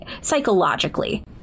psychologically